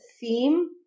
theme